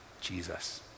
Jesus